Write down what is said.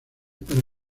para